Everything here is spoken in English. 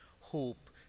hope